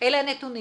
תעברו על הנתונים,